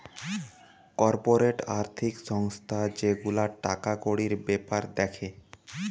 corporate আর্থিক সংস্থা যে গুলা টাকা কড়ির বেপার দ্যাখে